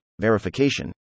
verification